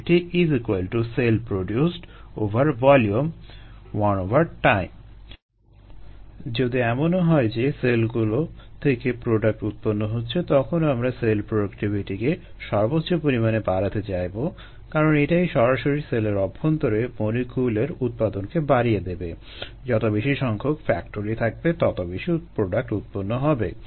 cell productivitycells producedvolume 1time যদি এমনও হয় যে সেলগুলো থেকে প্রোডাক্ট উৎপন্ন হচ্ছে তখনও তোমরা সেল প্রোডাক্টিভিটিকে সর্বোচ্চ পরিমাণে বাড়াতে চাইবে কারণ এটাই সরাসরি সেলের অভ্যন্তরে মলিকিউলের উৎপাদনকে বাড়িয়ে দেবে যত বেশি সংখ্যক ফ্যাক্টরি থাকবে ততই বেশি প্রোডাক্ট উৎপন্ন হবে